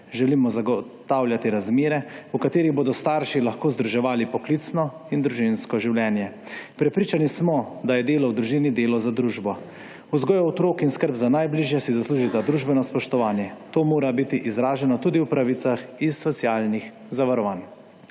Želimo zagotavljati razmere, v katerih bodo starši lahko združevali poklicno in družinsko življenje. Prepričani smo, da je delo v družini delo za družbo. Vzgoja otrok in skrb za najbližje si zaslužita družbeno spoštovanje. To mora biti izraženo tudi v pravicah iz socialnih zavarovanj.